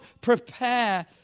prepare